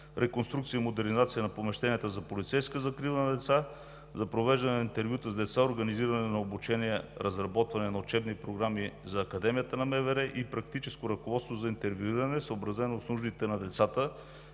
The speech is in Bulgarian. реконструкция и модернизация на помещенията за полицейска закрила на деца; за провеждане на интервюта с деца; организиране на обучение; разработване на учебни програми за Академията на МВР и Практическо ръководство за интервюиране, съобразено с нуждите на децата,